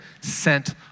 sent